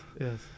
yes